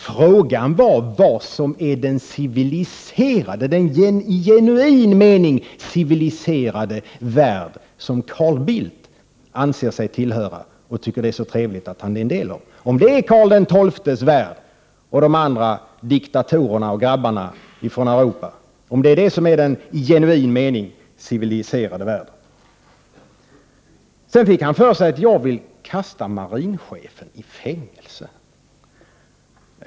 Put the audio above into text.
Frågan är vad som är den i genuin mening civiliserade värld som Carl Bildt anser sig tillhöra och tycker att det är så trevligt att vara en del av — om det är Karl XII:s värld och de andra diktatorernas och grabbarnas från Europa värld. Är det detta som är den i genuin mening civiliserade världen? Sedan fick han för sig att jag vill kasta marinchefen i fängelse.